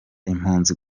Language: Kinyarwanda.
impunzi